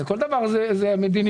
כל דבר זאת מדיניות.